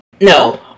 No